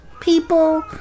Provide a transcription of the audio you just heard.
people